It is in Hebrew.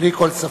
בלי כל ספק.